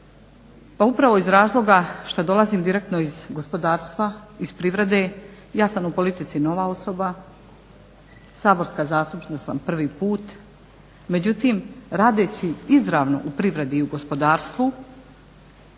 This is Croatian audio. Pa upravo iz razloga šta dolazim direktno iz gospodarstva, iz privrede. Ja sam u politici nova osoba, saborska zastupnica sam prvi put. Međutim, radeći izravno u privredi i u gospodarstvu